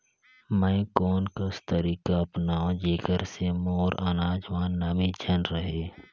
मैं कोन कस तरीका अपनाओं जेकर से मोर अनाज म नमी झन रहे?